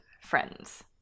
friends